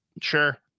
sure